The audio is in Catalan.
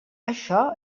això